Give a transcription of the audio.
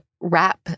wrap